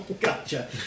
Gotcha